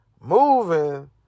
moving